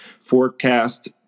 forecast